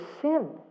sin